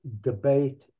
debate